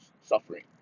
suffering